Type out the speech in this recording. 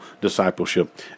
discipleship